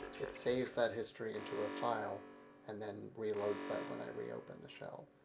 it saves that history into a file and then reloads that when i reopen the shell.